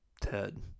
Ted